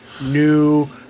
new